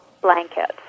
blanket